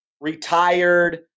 retired